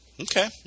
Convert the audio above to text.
Okay